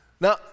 Now